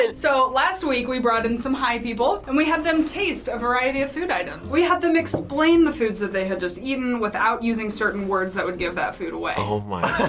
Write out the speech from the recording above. and so last week, we brought in some high people and we had them taste a variety of food items. we had them explain the foods that they had just eaten without using certain words that would give that food away. oh my